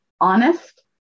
honest